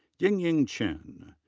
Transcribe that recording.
yingying chen.